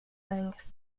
length